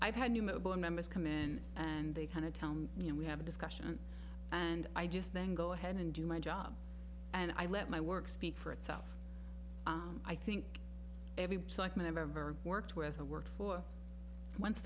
i've had new mobile members come in and they kind of tell me you know we have a discussion and i just then go ahead and do my job and i let my work speak for itself i think every site member worked with or worked for once